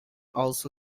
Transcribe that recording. also